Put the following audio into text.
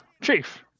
Chief